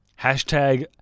hashtag